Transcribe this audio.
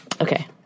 okay